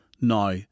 now